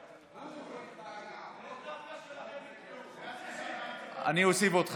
להעביר את הצעת חוק הצעת חוק לא תעמוד על דם רעך